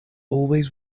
always